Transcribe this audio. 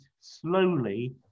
slowly